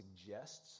suggests